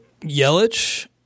Yelich